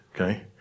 okay